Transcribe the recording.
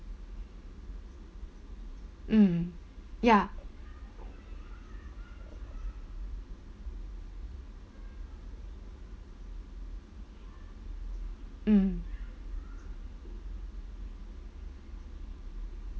mm ya mm